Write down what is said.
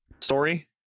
story